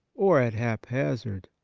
or at haphazard.